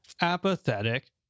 apathetic